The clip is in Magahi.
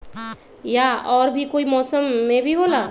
या और भी कोई मौसम मे भी होला?